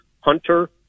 Hunter